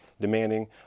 demanding